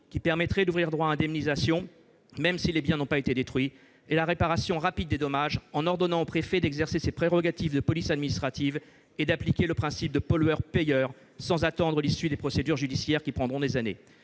qui permettrait d'ouvrir droit à indemnisation, même si les biens n'ont pas été détruits ; la réparation rapide des dommages, en ordonnant au préfet d'exercer ses prérogatives de police administrative et d'appliquer le principe du pollueur-payeur, sans attendre l'issue des procédures judiciaires qui prendront des années.